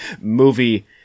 movie